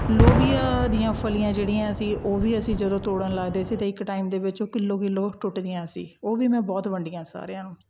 ਲੋਬੀਆ ਦੀਆਂ ਫਲੀਆਂ ਜਿਹੜੀਆਂ ਸੀ ਉਹ ਵੀ ਅਸੀਂ ਜਦੋਂ ਤੋੜਨ ਲੱਗਦੇ ਸੀ ਅਤੇ ਇੱਕ ਟਾਈਮ ਦੇ ਵਿੱਚ ਉਹ ਕਿੱਲੋ ਕਿੱਲੋ ਟੁੱਟਦੀਆਂ ਸੀ ਉਹ ਵੀ ਮੈਂ ਬਹੁਤ ਵੰਡੀਆਂ ਸਾਰਿਆਂ ਨੂੰ